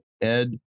Ed